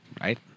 right